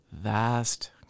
vast